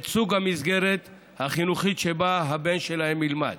את סוג המסגרת החינוכית שבה הבן שלהם ילמד.